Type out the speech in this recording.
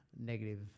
negative